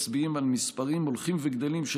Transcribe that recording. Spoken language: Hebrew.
מצביעים על מספרים הולכים וגדלים של